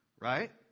right